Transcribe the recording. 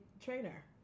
trainer